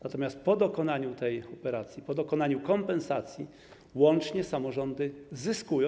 Natomiast po dokonaniu tej operacji, po dokonaniu kompensacji łącznie samorządy zyskują.